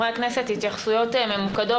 אני מבקשת מחברי הכנסת התייחסויות ממוקדות